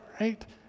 right